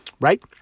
Right